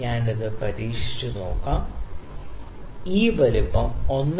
ഞാൻ ഇത് പരീക്ഷിച്ചുനോക്കാം ഈ വലുപ്പം 1